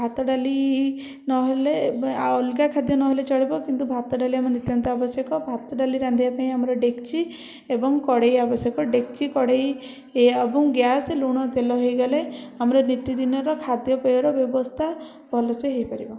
ଭାତ ଡାଲି ନହେଲେ ଆଉ ଅଲଗା ଖାଦ୍ୟ ନହେଲେ ଚଳିବ କିନ୍ତୁ ଭାତ ଡାଲି ଆମ ନିତ୍ୟାନ୍ତ ଆବଶ୍ୟକ ଭାତ ଡାଲି ରାନ୍ଧିବା ପାଇଁ ଆମର ଡେକଚି ଏବଂ କଡ଼େଇ ଆବଶ୍ୟକ ଡେକଚି କଡ଼େଇ ଏ ଏବଂ ଗ୍ୟାସ୍ ଲୁଣ ତେଲ ହେଇଗଲେ ଆମର ନିତିଦିନ ଖାଦ୍ୟପେୟର ବ୍ୟବସ୍ଥା ଭଲସେ ହେଇପାରିବ